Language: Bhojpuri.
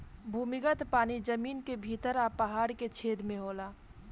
भूमिगत पानी जमीन के भीतर आ पहाड़ के छेद में होला